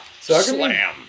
Slam